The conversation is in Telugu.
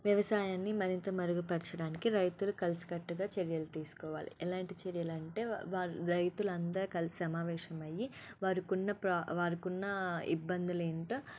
వ్యవసాయాన్ని మరింత మెరుగుపరచడానికి రైతులు కలిసికట్టుగా చర్యలు తీసుకోవాలి ఎలాంటి చర్యలంటే వారు రైతులంతా కలిసి సమావేశం అయ్యి వారికి ఉన్న ప్రా వారికి ఉన్న ఇబ్బందులు ఏంటో